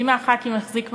מי מחברי הכנסת החזיק מעמד?